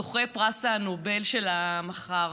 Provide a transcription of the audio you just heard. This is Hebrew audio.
זוכי פרס הנובל של המחר,